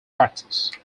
practice